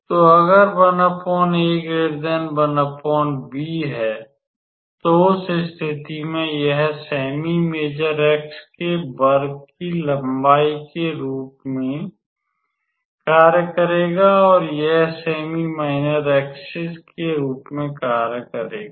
तो अगर तो उस स्थिति में यह सेमी मेजर एक्सिस के वर्ग की लंबाई के रूप में कार्य करेगा और यह सेमी माइनर एक्सिस के रूप में कार्य करेगा